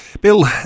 Bill